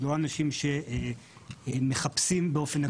לא אנשים שמחפשים באופן אקטיבי עבודה.